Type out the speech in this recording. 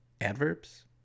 adverbs